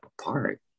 apart